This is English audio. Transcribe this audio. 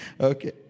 Okay